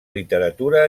literatura